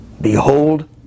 Behold